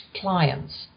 clients